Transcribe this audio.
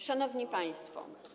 Szanowni Państwo!